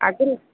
ଆଗରୁ